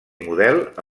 model